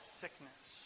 sickness